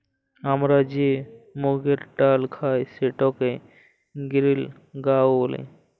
আমরা যে মুগের ডাইল খাই সেটাকে গিরিল গাঁও ব্যলে